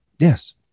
Yes